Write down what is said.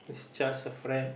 just a friend